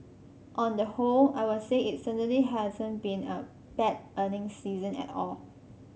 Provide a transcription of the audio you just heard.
on the whole I would say it certainly hasn't been a bad earnings season at all